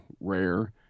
rare